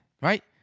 Right